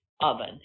oven